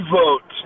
vote